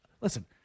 listen